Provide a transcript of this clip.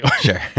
Sure